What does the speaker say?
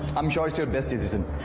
i'm sure it's your best decision.